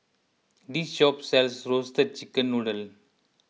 this shop sells Roasted Chicken Noodle